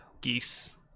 geese